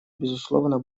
безусловно